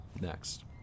Next